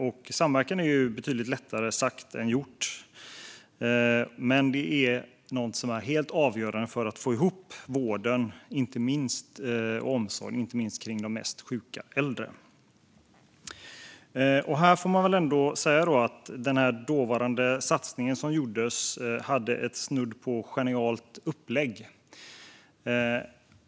Att samverka är ju betydligt lättare sagt än gjort, men det är något som är helt avgörande för att få ihop vården och omsorgen, inte minst kring de mest sjuka äldre. Den dåvarande satsningen som gjordes hade ett snudd på genialt upplägg.